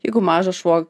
jeigu mažas šuo